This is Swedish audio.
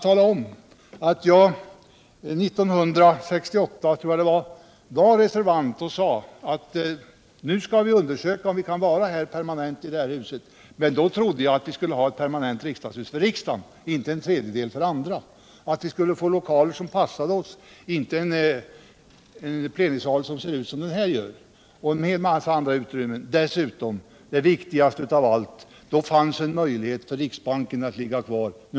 tala om att jag 1968 var reservant och sade att nu skall vi undersöka om vi kan vara permanent i det här huset. Men då trodde jag att vi skulle ha ett permanent hus för riksdagen allena och inte dela med oss en tredjedel till andra hyresgäster. Jag trodde att vi skulle få lokaler som passade oss och inte en plenisal som ser ut som denna och en hel massa andra utrymmen. Dessutom — det viktigaste av allt — fanns då en möjlighet för riksbanken att ligga kvar på Helgeandsholmen.